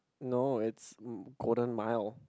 no it's Golden Mile